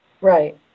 Right